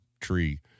tree